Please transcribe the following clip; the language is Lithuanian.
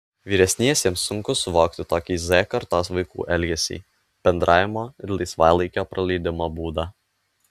vyresniesiems sunku suvokti tokį z kartos vaikų elgesį bendravimo ir laisvalaikio praleidimo būdą